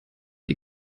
die